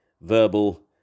Verbal